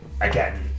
again